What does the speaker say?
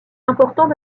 importants